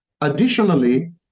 additionally